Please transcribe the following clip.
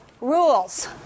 rules